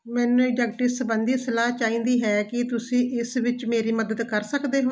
ਮੈਨੂੰ ਇਡੈਕਟੀ ਸੰਬੰਧੀ ਸਲਾਹ ਚਾਹੀਦੀ ਹੈ ਕੀ ਤੁਸੀਂ ਇਸ ਵਿੱਚ ਮੇਰੀ ਮਦਦ ਕਰ ਸਕਦੇ ਹੋ